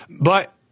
But-